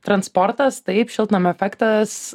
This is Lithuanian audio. transportas taip šiltnamio efektas